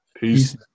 Peace